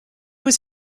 was